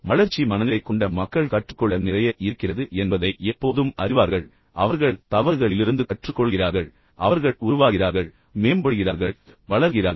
வளர்ச்சி மனநிலை கொண்ட மக்கள் கற்றுக்கொள்ள நிறைய இருக்கிறது என்பதை எப்போதும் அறிவார்கள் பின்னர் அவர்கள் தவறுகள் செய்கிறார்கள் ஆனால் அவர்கள் தவறுகளிலிருந்து கற்றுக்கொள்கிறார்கள் அவர்கள் உருவாகிறார்கள் அவர்கள் மேம்படுகிறார்கள் பின்னர் அவர்கள் வளர்கிறார்கள்